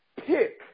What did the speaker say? pick